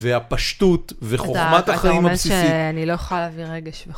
והפשטות וחוכמת החיים הבסיסית. אתה אומר שאני לא יכולה להביא רגש בכלל.